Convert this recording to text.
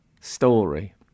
story